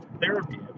therapy